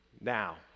Now